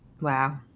Wow